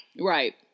Right